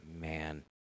Man